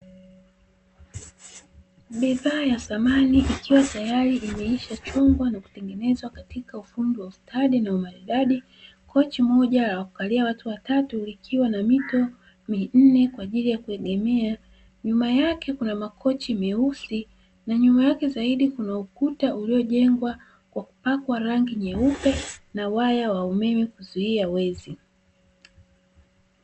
Bidhaa ya samani ikiwa imeshachongwa na kutengeneza kwa ufundi wa ustadi na umarudadi, kochi Moja la kukalia watu watatu lilikwa na mito minne kwa ajili ya kuegemea, nyuma yake Kuna makochi meusi na nyuma yake zaidi kuna ukuta uliojegwa kwa kupakwa rangi nyeupe na waya wa umeme kizuia wezi.